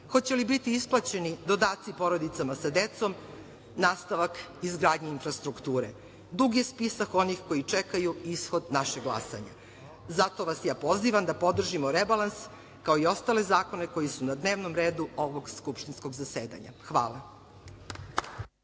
hoće li biti isplaćeni dodaci porodicama sa decom, nastavak izgradnje infrastrukture. Dug je spisak onih koji čekaju ishod našeg glasanja. Zato vas pozivam da podržimo rebalans, kao i ostale zakone koji su na dnevnom redu ovog skupštinskog zasedanja. Hvala.